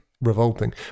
revolting